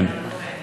כן,